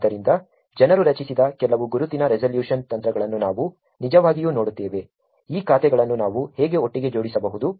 ಆದ್ದರಿಂದ ಜನರು ರಚಿಸಿದ ಕೆಲವು ಗುರುತಿನ ರೆಸಲ್ಯೂಶನ್ ತಂತ್ರಗಳನ್ನು ನಾವು ನಿಜವಾಗಿಯೂ ನೋಡುತ್ತೇವೆ ಈ ಖಾತೆಗಳನ್ನು ನಾವು ಹೇಗೆ ಒಟ್ಟಿಗೆ ಜೋಡಿಸಬಹುದು